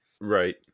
Right